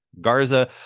Garza